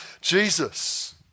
Jesus